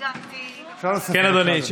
שאלה נוספת, בבקשה, אדוני.